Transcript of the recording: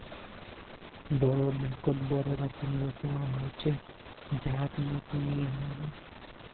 बोरो बैंकत बोरो रकम रखवा ह छेक जहात मोक नइ ह बे